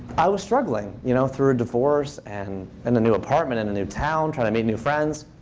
i was struggling you know through a divorce and and a new apartment and a new town, trying to meet new friends.